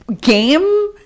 game